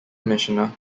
commissioner